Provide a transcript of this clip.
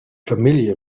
familiar